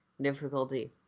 difficulty